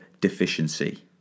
deficiency